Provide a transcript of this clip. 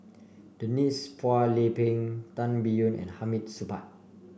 Denise Phua Lay Peng Tan Biyun and Hamid Supaat